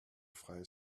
freie